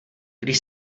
když